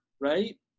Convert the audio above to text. right